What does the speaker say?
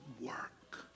work